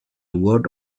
word